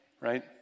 right